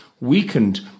weakened